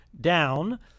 down